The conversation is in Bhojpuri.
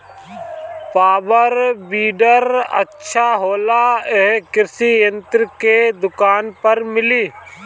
पॉवर वीडर अच्छा होला यह कृषि यंत्र के दुकान पर मिली?